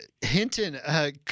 Hinton